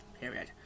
period